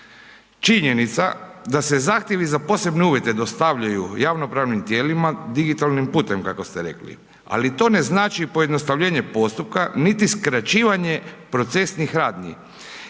Činjenica da se zahtjevi za posebne uvjete dostavljaju javnopravnim tijelima, digitalnim putem kako ste rekli, ali to ne znači pojednostavljenje postupka, niti skraćivanje procesnih radnji.